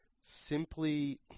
simply